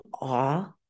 awe